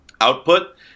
output –